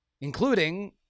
including